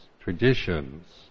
traditions